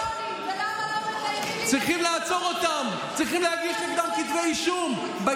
למה לא מקיימים את ההסכמים הקואליציוניים ולמה לא,